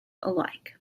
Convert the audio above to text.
alike